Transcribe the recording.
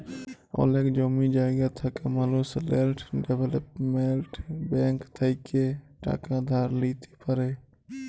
অলেক জমি জায়গা থাকা মালুস ল্যাল্ড ডেভেলপ্মেল্ট ব্যাংক থ্যাইকে টাকা ধার লিইতে পারি